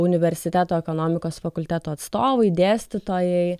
universiteto ekonomikos fakulteto atstovai dėstytojai